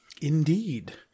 Indeed